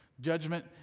Judgment